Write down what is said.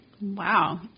Wow